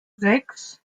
sechs